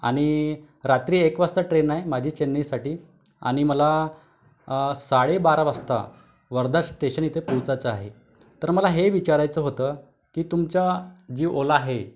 आणि रात्री एक वाजता ट्रेन आहे माझी चेन्नईसाठी आणि मला साडेबारा वाजता वर्धा स्टेशन येथे पोहचायचं आहे तर मला हे विचारायचं होतं की तुमची जी ओला आहे